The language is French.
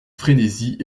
frénésie